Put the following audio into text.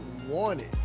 wanted